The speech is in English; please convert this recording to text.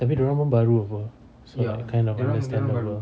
tapi dia orang pun baru [pe] so that kind of standard [pe]